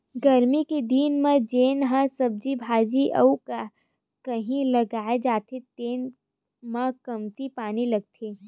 गरमी के दिन म जेन ह सब्जी भाजी अउ कहि लगाए जाथे तेन म कमती पानी लागथे